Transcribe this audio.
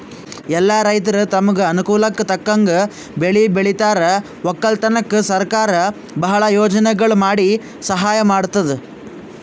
ಎಲ್ಲಾ ರೈತರ್ ತಮ್ಗ್ ಅನುಕೂಲಕ್ಕ್ ತಕ್ಕಂಗ್ ಬೆಳಿ ಬೆಳಿತಾರ್ ವಕ್ಕಲತನ್ಕ್ ಸರಕಾರ್ ಭಾಳ್ ಯೋಜನೆಗೊಳ್ ಮಾಡಿ ಸಹಾಯ್ ಮಾಡ್ತದ್